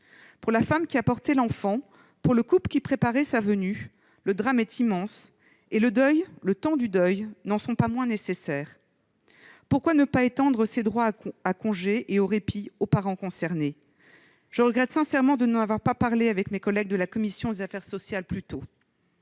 Pour la femme qui a porté l'enfant, pour le couple qui préparait sa venue, le drame est immense et le deuil, le temps du deuil, n'en est pas moins nécessaire. Pourquoi ne pas étendre ces droits à congé et au répit aux parents concernés ? Je regrette sincèrement de ne pas en avoir parlé plus tôt avec mes collègues de la commission des affaires sociales.